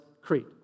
Crete